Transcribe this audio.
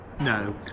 No